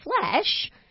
flesh